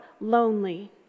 lonely